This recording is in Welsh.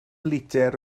litr